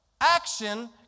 action